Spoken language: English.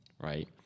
right